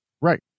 Right